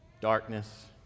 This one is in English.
darkness